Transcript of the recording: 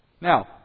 Now